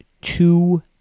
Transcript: two